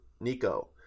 nico